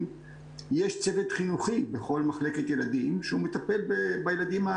יש צוות חינוכי בכל מחלקת ילדים שמטפל בילדים עם